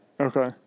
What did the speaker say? Okay